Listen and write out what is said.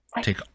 Take